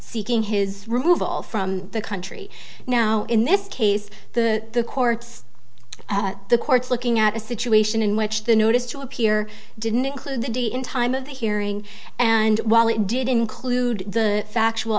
seeking his removal from the country now in this case the courts the courts looking at a situation in which the notice to appear didn't include the d in time of the hearing and while it did include the factual